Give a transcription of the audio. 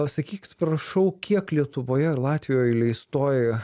sakykit prašau kiek lietuvoje ir latvijoj leistoj